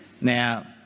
Now